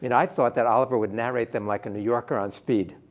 and i thought that oliver would narrate them like a new yorker on speed.